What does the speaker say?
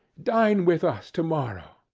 dine with us to-morrow.